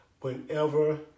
Whenever